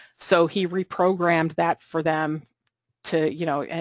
so he reprogrammed that for them to, you know, and